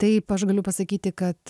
taip aš galiu pasakyti kad